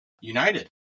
United